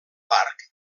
parc